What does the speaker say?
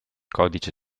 codice